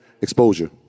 exposure